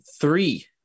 three